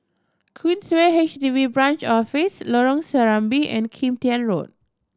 Queensway H D B Branch Office Lorong Serambi and Kim Tian Road